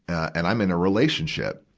and i'm in a relationship.